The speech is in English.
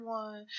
one